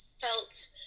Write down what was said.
felt